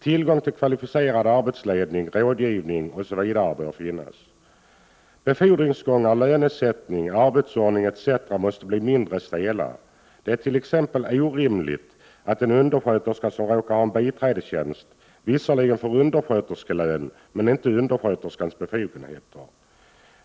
Tillgång till kvalificerad arbetsledning, rådgivning osv. bör finnas. Befordringsgångar, lönesättning, arbetsordningar etc. måste bli mindre stela. Det är t.ex. orimligt att en undersköterska som råkar ha en biträdestjänst visserligen får undersköterskelön men inte undersköterskans befogenheter.